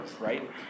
right